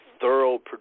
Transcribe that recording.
thorough